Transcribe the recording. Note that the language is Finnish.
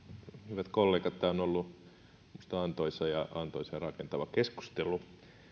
hyvät kollegat tämä on ollut minusta antoisa ja rakentava keskustelu vain